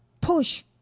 push